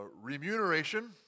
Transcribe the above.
remuneration